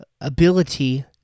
ability